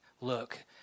Look